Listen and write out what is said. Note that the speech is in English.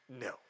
no